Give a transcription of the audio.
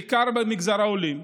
זה בעיקר במגזר העולים,